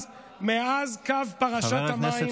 מאז קו פרשת המים.